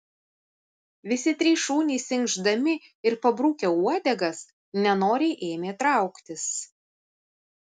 visi trys šunys inkšdami ir pabrukę uodegas nenoriai ėmė trauktis